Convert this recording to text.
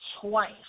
twice